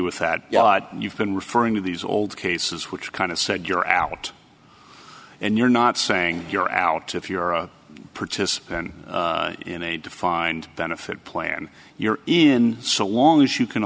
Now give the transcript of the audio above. with that you've been referring to these old cases which kind of said you're out and you're not saying you're out if you're a participant in a defined benefit plan you're in so long as you can